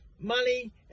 money